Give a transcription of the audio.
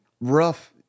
rough